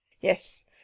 Yes